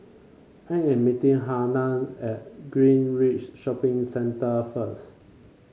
I am meeting Hannah at Greenridge Shopping Centre first